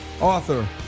author